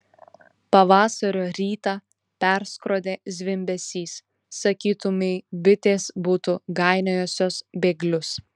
pavasario rytą perskrodė zvimbesys sakytumei bitės būtų gainiojusios bėglius